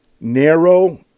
narrow